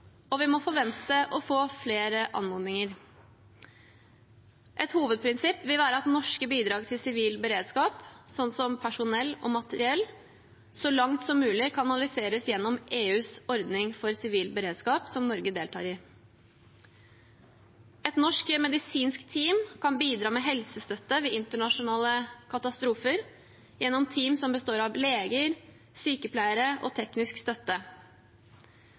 og vi må forvente å få flere anmodninger. Et hovedprinsipp vil være at norske bidrag til sivil beredskap, slik som personell og materiell, så langt som mulig kanaliseres gjennom EUs ordning for sivil beredskap, som Norge deltar i. Et norsk medisinsk team kan bidra med helsestøtte ved internasjonale katastrofer – gjennom team som består av leger, sykepleiere og teknisk støtte.